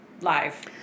Live